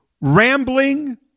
rambling